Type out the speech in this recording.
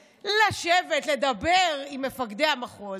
לשבת, לדבר עם מפקדי המחוז,